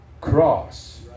cross